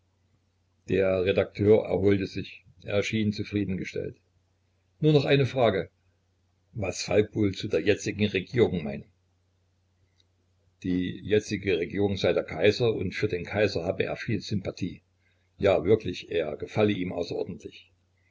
der redakteur erholte sich er schien zufrieden gestellt nur noch eine frage was falk wohl zu der jetzigen regierung meine die jetzige regierung sei der kaiser und für den kaiser habe er viel sympathie ja wirklich er gefalle ihm außerordentlich